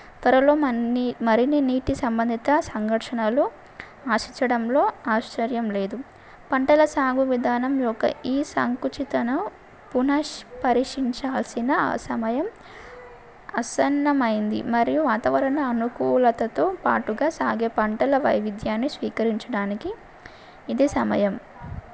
త్వరలో మన్ని మరిన్ని నీటి సంబంధిత సంఘర్షణలు ఆశించడంలో ఆశ్చర్యం లేదు పంటల సాగు విధానం యొక్క ఈ సంకుచితను పునః పర్శించాల్సిన సమయం ఆసన్నమైంది మరియు వాతావరణ అనుకూలతతో పాటుగా సాగే పంటల వైవిధ్యాన్ని స్వీకరించడానికి ఇది సమయం